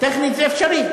טכנית זה אפשרי.